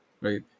right